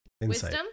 Wisdom